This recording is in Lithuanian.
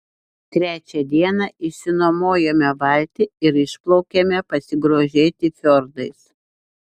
trečią dieną išsinuomojome valtį ir išplaukėme pasigrožėti fjordais